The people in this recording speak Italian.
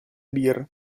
beer